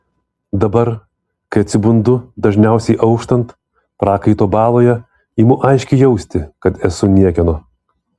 dabar kai atsibundu dažniausiai auštant prakaito baloje imu aiškiai jausti kad esu niekieno